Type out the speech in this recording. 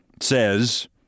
says